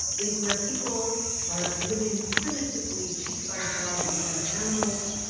is where people are living primitively, cheek-by-jowl with their animals,